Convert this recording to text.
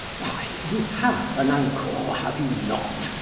why, you have an uncle, have you not,